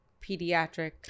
pediatric –